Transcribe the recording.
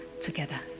together